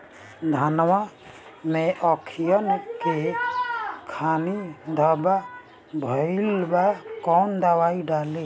धनवा मै अखियन के खानि धबा भयीलबा कौन दवाई डाले?